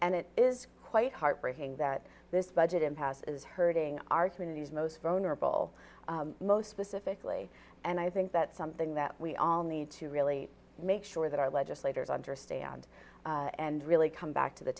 and it is quite heartbreaking that this budget impasse is hurting our community's most vulnerable most specifically and i think that's something that we all need to really make sure that our legislators understand and really come back to the